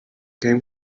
came